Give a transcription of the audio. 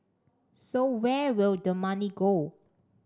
so where will the money go